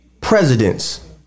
presidents